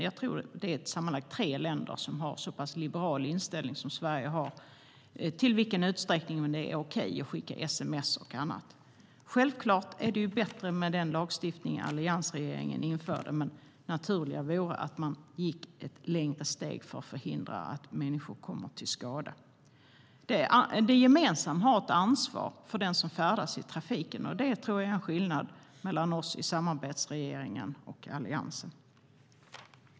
Jag tror att det är sammanlagt tre länder som har en så pass liberal inställning som Sverige har till i vilken utsträckning det är okej att skicka sms och annat. Det är självklart bra med den lagstiftning som alliansregeringen införde, men det naturliga vore att gå ett steg längre för att förhindra att människor kommer till skada. Det gemensamma har ett ansvar för den som färdas i trafiken, och det tror jag är en skillnad mellan oss i samarbetsregeringen och Alliansen.